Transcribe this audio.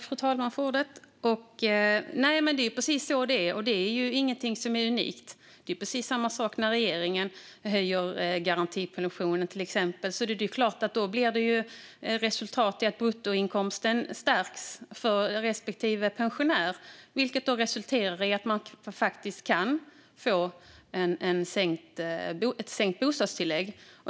Fru talman! Det är precis så det är. Det är ingenting som är unikt. Det är precis samma sak när regeringen höjer garantipensionen, till exempel. Det är klart att resultatet blir att bruttoinkomsten stärks för respektive pensionär, vilket resulterar i att man kan få ett sänkt bostadstillägg.